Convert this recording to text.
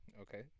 Okay